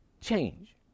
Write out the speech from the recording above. change